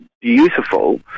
beautiful